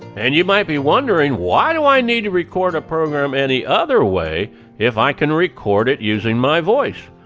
and you might be wondering, why do i need to record a program any other way if i can record it using my voice?